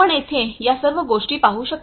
आपण येथे या सर्व गोष्टी पाहू शकता